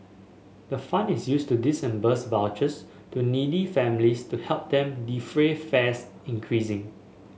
the fund is used to vouchers to needy families to help them defray fares increasing